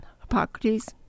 Hippocrates